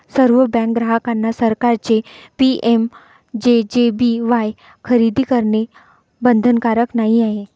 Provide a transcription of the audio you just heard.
सर्व बँक ग्राहकांना सरकारचे पी.एम.जे.जे.बी.वाई खरेदी करणे बंधनकारक नाही आहे